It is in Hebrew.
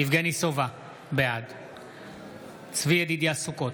יבגני סובה, בעד צבי ידידיה סוכות,